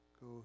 Go